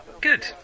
Good